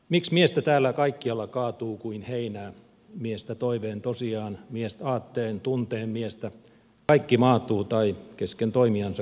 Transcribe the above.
miks miestä täällä kaikkialla kaatuu kuin heinää miestä toiveen tosiaan miest aatteen tunteen miestä kaikki maatuu tai kesken toimiansa katkeaa